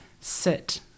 sit